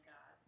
God